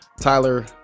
Tyler